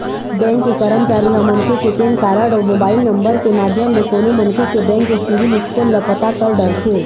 bank के करमचारी ह मनखे के पेन कारड अउ मोबाईल नंबर के माध्यम ले कोनो मनखे के बेंक के सिविल स्कोर ल पता कर डरथे